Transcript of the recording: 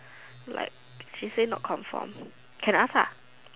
like she say not confirmed can ask ah